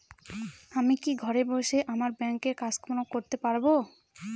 আমি কি ঘরে বসে আমার ব্যাংকের কাজকর্ম করতে পারব?